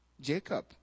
jacob